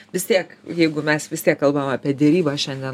vis tiek jeigu mes visi kalbame apie derybas šiandien